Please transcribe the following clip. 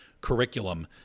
curriculum